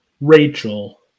Rachel